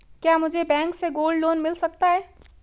क्या मुझे बैंक से गोल्ड लोंन मिल सकता है?